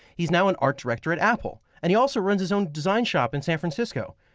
he's now an art director at apple, and he also runs his own design shop in san francisco.